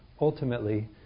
ultimately